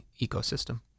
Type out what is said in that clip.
ecosystem